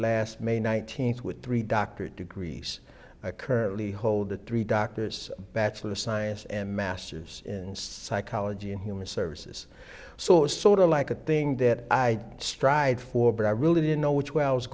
last may nineteenth with three doctorate degrees currently hold a three doctors bachelor of science and masters in psychology and human services so it's sort of like a thing that i strive for but i really didn't know which w